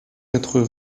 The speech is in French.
quatre